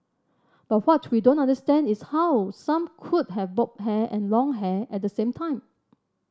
but what we don't understand is how some could have bob hair and long hair at the same time